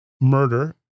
murder